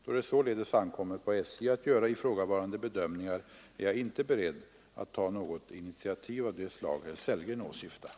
Då det således ankommer på SJ att göra ifrågavarande bedömningar, är jag inte beredd att ta något initiativ av det slag herr Sellgren åsyftar.